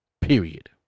Period